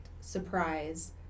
surprise